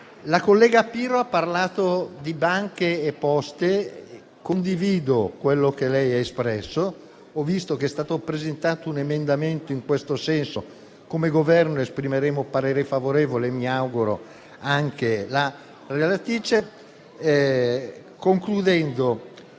La collega Pirro ha parlato di banche e poste. Condivido quello che lei ha espresso. Ho visto che è stato presentato un emendamento in questo senso e, come Governo, esprimeremo su di esso un parere favorevole, come mi auguro farà anche la relatrice. Credo,